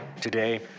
Today